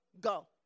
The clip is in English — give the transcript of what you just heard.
Go